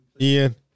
Ian